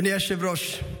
אדוני היושב-ראש,